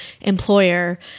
employer